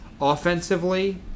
offensively